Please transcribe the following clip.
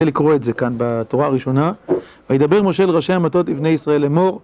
לקרוא את זה כאן בתורה הראשונה: וידבר משה אל ראשי המטות, לבני ישראל לאמור